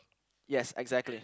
yes exactly